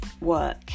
work